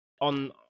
on